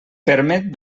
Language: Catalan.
permet